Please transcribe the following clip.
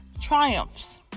triumphs